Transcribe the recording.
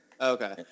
Okay